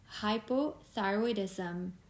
hypothyroidism